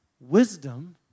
wisdom